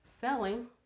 selling